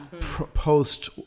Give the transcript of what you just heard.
post